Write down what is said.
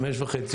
5:30,